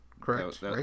correct